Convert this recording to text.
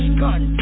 gun